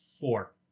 Four